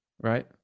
right